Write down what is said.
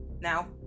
Now